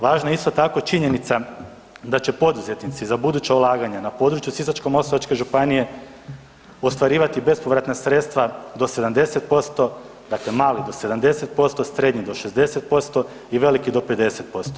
Važna je istako tako činjenica, da će poduzetnici, za buduća ulaganja, na području Sisačko-moslavačke županije ostvarivati bespovratna sredstva do 70%, dakle mali do 70%, srednji do 60% i veliki do 50%